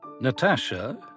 Natasha